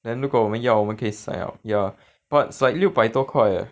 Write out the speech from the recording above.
then 如果我们要我们可以 sign up ya but it's like 六百多块 leh